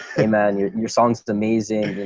hey man, your and your songs is amazing.